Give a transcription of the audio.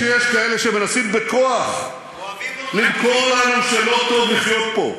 אני מבין שיש כאלה שמנסים בכוח למכור להם שלא טוב לחיות פה,